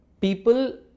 people